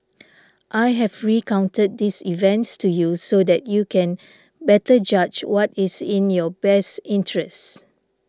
I have recounted these events to you so that you can better judge what is in your best interests